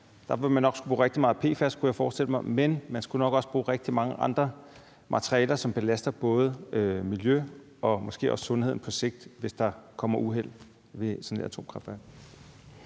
nok skulle bruge rigtig meget PFAS, kunne jeg forestille mig, men nok også rigtig mange andre materialer, som belaster både miljø og måske også sundheden på sigt, hvis der kommer uheld ved sådan et atomkraftværk?